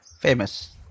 famous